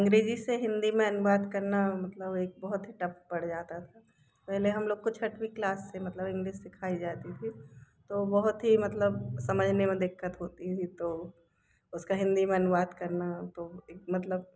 अंग्रेजी से हिंदी में अनुवाद करना मतलब एक बहुत ही टफ पड़ जाता था पहले हम लोग को छटवीं क्लास से मतलब इंग्लिश सिखाई जाती थी तो बहुत ही मतलब समझने में दिक्कत होती ही तो उसका हिंदी में अनुवाद करना तो एक मतलब